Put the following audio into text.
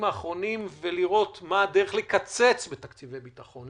האחרונים לראות מה הדרך לקצץ בתקציבי הביטחון,